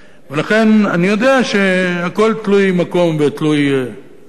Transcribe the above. לכן, אני יודע שהכול תלוי מקום ותלוי זמן.